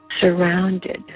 surrounded